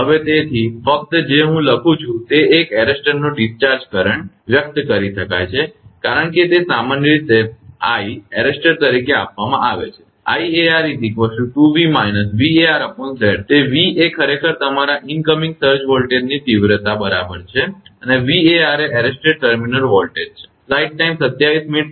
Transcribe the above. હવે તેથી ફક્ત જે હું લખું છું તે એક એરેસ્ટરનો ડિસ્ચાર્જ કરંટ વ્યક્ત કરી શકાય છે કારણ કે તે સામાન્ય રીતે I એરેસ્ટર તરીકે આપવામાં આવે છે તે V એ ખરેખર તમારા ઇનકમીંગ સર્જ વોલ્ટેજની તીવ્રતા બરાબર છે અને 𝑉𝑎𝑟 એ એરેસ્ટેડ ટર્મિનલ વોલ્ટેજ છે